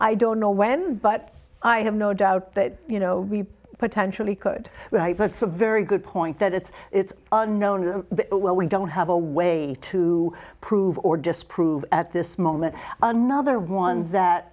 i don't know when but i have no doubt that you know we potentially could but it's a very good point that it's known well we don't have a way to prove or disprove at this moment another one that